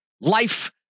life